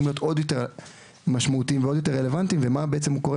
להיות עוד יותר משמעותיים ורלוונטיים ומה קורה בעצם